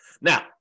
now